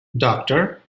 doctor